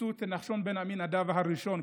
חיפשו את נחשון בן עמינדב הראשון,